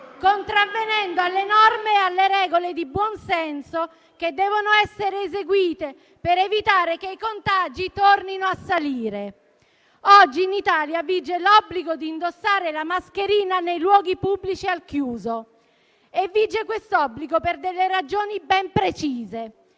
contravvenendo alle norme e alle regole di buon senso, che devono essere eseguite, per evitare che i contagi tornino a salire. Oggi, in Italia, vige l'obbligo di indossare la mascherina nei luoghi pubblici al chiuso e vige quest'obbligo per delle ragioni ben precise.